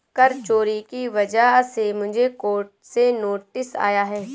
कर चोरी की वजह से मुझे कोर्ट से नोटिस आया है